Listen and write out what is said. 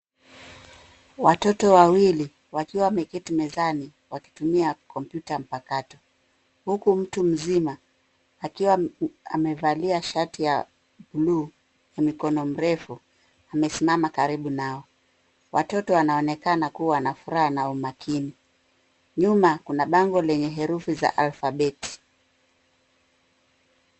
Watoto wawili wakiwa wameketi mezani wakitumia kompyuta mpakato, huku mtu mzima akiwa amevalia shati ya buluu , mikono mirefu amesimama karibu nao. Watoto wanonekana kuwa na furaha na umakini. Nyuma kuna bango lenye herufi za alpabeti.